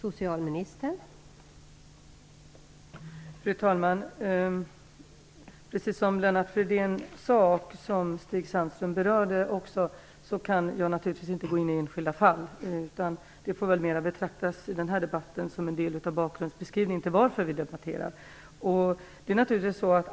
Fru talman! Precis som Lennart Fridén sade och också Stig Sandström berörde kan jag naturligtvis inte gå in i enskilda fall. De får i den här debatten betraktas som en bakgrundsbeskrivning till varför vi debatterar frågan.